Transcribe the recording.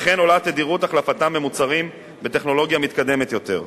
וכן עולה תדירות החלפתם במוצרים בטכנולוגיה מתקדמת יותר.